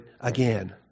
again